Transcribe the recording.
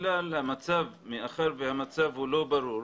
מאחר והמצב לא ברור,